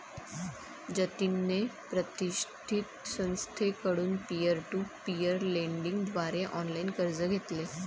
जतिनने प्रतिष्ठित संस्थेकडून पीअर टू पीअर लेंडिंग द्वारे ऑनलाइन कर्ज घेतले